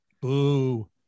Boo